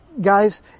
guys